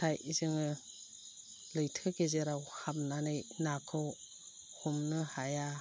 नाथाय जोङो लैथो गेजेराव हाबनानै नाखौ हमनो हाया